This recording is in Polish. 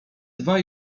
dwa